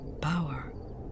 power